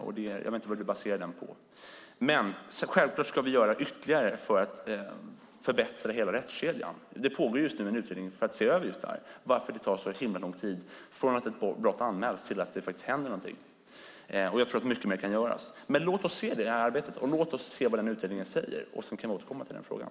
Jag vet inte vad du baserar den på. Självklart ska vi göra ytterligare insatser för att förbättra hela rättskedjan. Det pågår just nu en utredning för att se över varför det tar så himla lång tid från att ett brott anmäls till dess det faktiskt händer någonting. Jag tror att mycket mer kan göras. Men låt oss vänta på det här arbetet och låt oss se vad den utredningen säger. Sedan kan vi återkomma till den frågan.